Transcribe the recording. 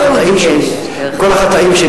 עם כל החטאים שלי,